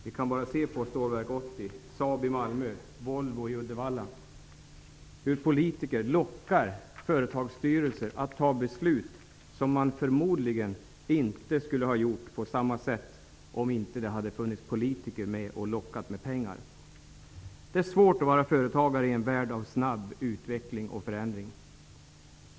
Vi kan bara se vad gäller Stålverk 80, Saab i Malmö och Volvo i Uddevalla hur politiker lockar företagsstyrelser att fatta sådana beslut som de förmodligen inte skulle ha fattat om inte politikerna hade lockat med pengar. Det är svårt att vara företagare i en värld av snabb utveckling och förändring.